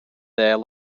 there